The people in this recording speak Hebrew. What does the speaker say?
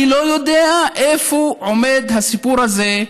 אני לא יודע איפה עומד הסיפור הזה.